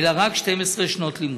אלא רק 12 שנות לימוד.